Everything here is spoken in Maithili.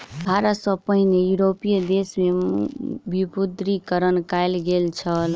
भारत सॅ पहिने यूरोपीय देश में विमुद्रीकरण कयल गेल छल